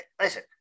Listen